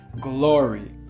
glory